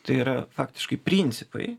tai yra faktiškai principai